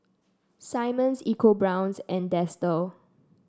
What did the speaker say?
Simmons ecoBrown's and Dester